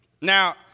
Now